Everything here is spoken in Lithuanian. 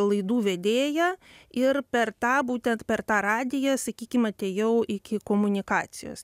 laidų vedėja ir per tą būtent per tą radiją sakykim atėjau iki komunikacijos